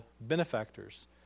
benefactors